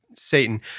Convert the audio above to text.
Satan